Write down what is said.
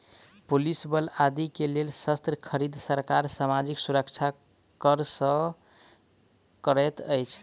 police बल आदि के लेल शस्त्र खरीद, सरकार सामाजिक सुरक्षा कर सँ करैत अछि